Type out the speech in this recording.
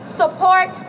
support